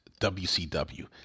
WCW